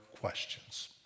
questions